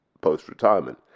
post-retirement